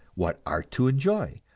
what art to enjoy,